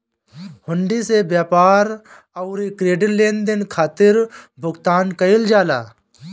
हुंडी से व्यापार अउरी क्रेडिट लेनदेन खातिर भुगतान कईल जाला